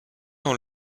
dans